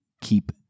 keep